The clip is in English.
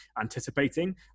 anticipating